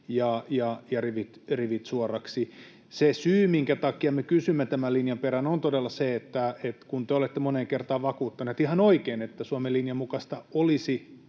ja rivit suoriksi. Se syy, minkä takia me kysymme tämän linjan perään, on todella se, että kun te olette moneen kertaan vakuuttaneet ihan oikein, että Suomen linjan mukaista olisi